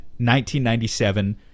1997